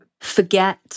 forget